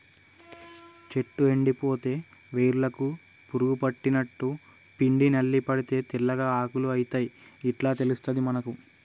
చెట్టు ఎండిపోతే వేర్లకు పురుగు పట్టినట్టు, పిండి నల్లి పడితే తెల్లగా ఆకులు అయితయ్ ఇట్లా తెలుస్తది మనకు